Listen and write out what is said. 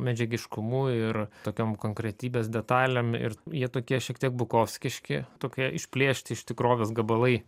medžiagiškumu ir tokiom konkretybės detalėm ir jie tokie šiek tiek bukovskiški tokie išplėšti iš tikrovės gabalai